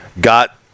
got